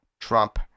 trump